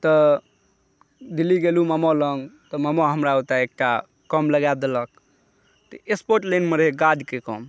तऽ दिल्ली गेलू मामा लग तऽ मामा हमरा ओतऽ एकटा काम लगा देलक तऽ एक्सपोर्ट लाइनमे रहै गार्डके काम